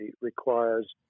requires